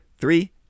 three